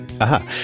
Aha